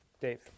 Dave